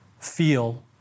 feel